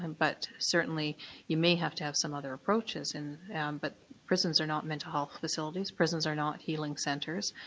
and but certainly you may have to have some other approaches, and and but but prisons are not mental health facilities, prisons are not healing centres,